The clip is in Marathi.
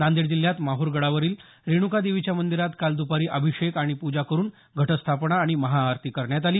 नांदेड जिल्ह्यात माहर गडावरील रेणुका देवीच्या मंदीरात काल दपारी अभिषेक आणि प्जा करुन घटस्थापना आणि महाआरती करण्यात आली